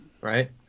right